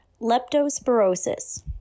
leptospirosis